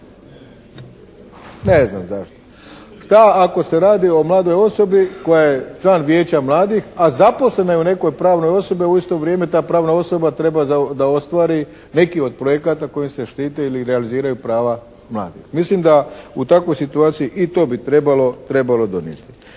Ne znam zašto. Što ako se radi o mladoj osobi koja je član Vijeća mladih a zaposlena je u nekoj pravnoj osobi. A u isto vrijeme ta pravna osoba treba da ostvari neki od projekata kojim se štite ili realiziraju prava mladih. Mislim da u takvoj situaciji i to bi trebalo donijeti.